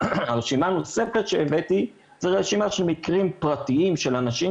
הרשימה הנוספת שהבאתי זו רשימה של מקרים פרטיים של אנשים